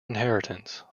inheritance